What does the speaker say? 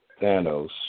Thanos